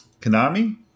Konami